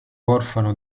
orfano